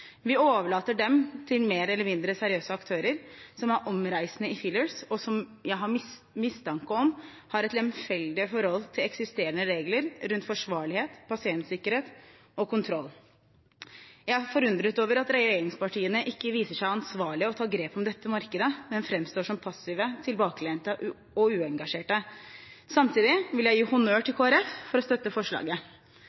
Vi overlater dem til mer eller mindre seriøse aktører som er omreisende i fillers, og som jeg har mistanke om har et lemfeldig forhold til eksisterende regler rundt forsvarlighet, pasientsikkerhet og kontroll. Jeg er forundret over at regjeringspartiene ikke viser seg ansvarlige og tar grep om dette markedet, men framstår som passive, tilbakelente og uengasjerte. Samtidig vil jeg gi honnør til